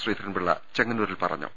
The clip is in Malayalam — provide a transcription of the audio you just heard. ശ്രീധരൻപിള്ള ചെങ്ങന്നൂ രിൽ പറഞ്ഞു